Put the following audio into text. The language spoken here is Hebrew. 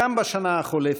גם בשנה החולפת: